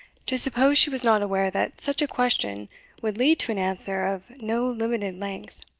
to suppose she was not aware that such a question would lead to an answer of no limited length.